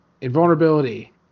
invulnerability